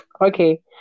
Okay